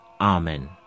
Amen